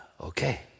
Okay